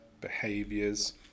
behaviors